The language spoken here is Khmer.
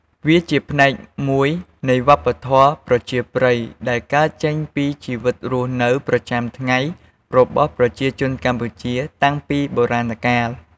វាជាផ្នែកមួយនៃវប្បធម៌ប្រជាប្រិយដែលកើតចេញពីជីវិតរស់នៅប្រចាំថ្ងៃរបស់ប្រជាជនកម្ពុជា តាំងពីបុរាណកាល។